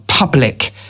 public